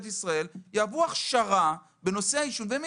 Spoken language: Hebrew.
ישראל יעברו הכשרה בנושא העישון ויידעו.